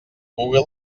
google